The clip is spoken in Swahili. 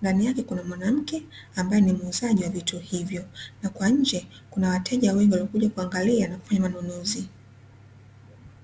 ndani yake kuna mwanamke ambaye ni muuzaji wa vitu hivyo, na kwa nje kuna wateja wengi wamekuja kuangalia na kufanya manunuzi.